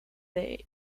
teh